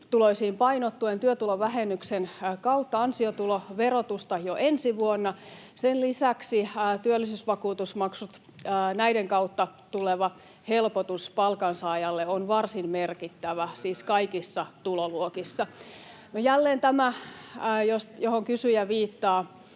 painottuen työtulovähennyksen kautta ansiotuloverotusta jo ensi vuonna. Sen lisäksi työllisyysvakuutusmaksujen kautta tuleva helpotus palkansaajalle on varsin merkittävä, siis kaikissa tuloluokissa. No, jälleen tämän suurituloisiin